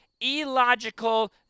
illogical